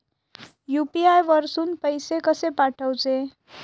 UPI वरसून पैसे कसे पाठवचे?